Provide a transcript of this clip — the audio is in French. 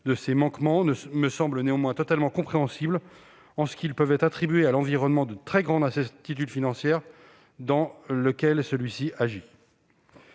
des manquements de l'État me semblent néanmoins totalement compréhensibles, en ce qu'ils peuvent être attribués à l'environnement de très grande incertitude financière dans lequel celui-ci agit.